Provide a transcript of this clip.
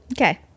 Okay